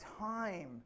time